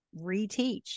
reteach